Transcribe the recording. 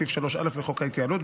בסעיף 3(א) לחוק ההתייעלות,